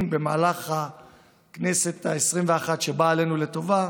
במהלך הכנסת העשרים-ואחת שבאה עלינו לטובה,